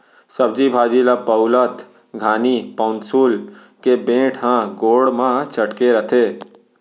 सब्जी भाजी ल पउलत घानी पउंसुल के बेंट ह गोड़ म चटके रथे